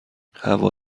هوا